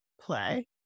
play